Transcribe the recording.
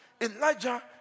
Elijah